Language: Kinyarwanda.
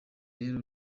rero